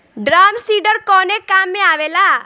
Drum seeder कवने काम में आवेला?